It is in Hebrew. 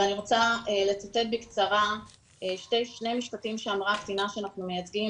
ואני רוצה לצטט בקצרה שני משפטים שאמרה הקטינה שאנחנו מייצגים,